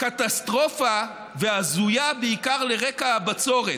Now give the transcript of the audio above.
קטסטרופה והזויה בעיקר על רקע הבצורת.